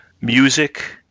music